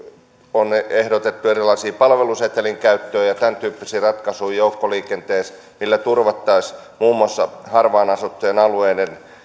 on ehdotettu erilaisia palvelusetelin käyttöä ja tämän tyyppisiä ratkaisuja joukkoliikenteessä millä turvattaisiin muun muassa harvaan asuttujen alueiden